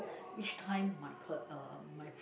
each time my coll~ uh my f~